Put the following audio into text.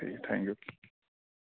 ٹھیک ہے thank you